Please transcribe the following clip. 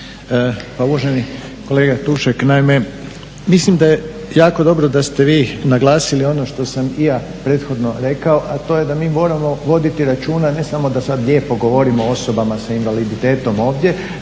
Pa uvaženi kolega Tušak, naime mislim da je jako dobro da ste vi naglasili ono što sam i ja prethodno rekao a to je da mi moramo vodit računa, ne samo da sad lijepo govorimo o osobama s invalidom ovdje,